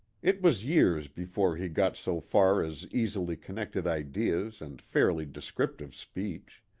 it was years before he got so far as easily connected ideas and fairly descriptive speech.